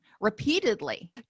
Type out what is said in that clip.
repeatedly